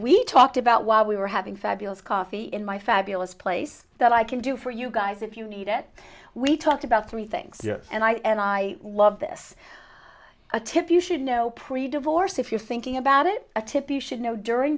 we talked about while we were having fabulous coffee in my fabulous place that i can do for you guys if you need it we talked about three things and i and i love this a tip you should know pre divorce if you're thinking about it a typical should know during